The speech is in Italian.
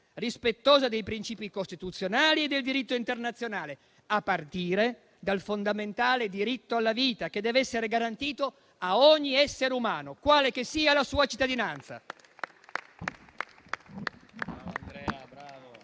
rispettosa dei principi costituzionali e del diritto internazionale, a partire dal fondamentale diritto alla vita, che deve essere garantito a ogni essere umano, quale che sia la sua cittadinanza.